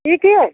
ई कीए